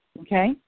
Okay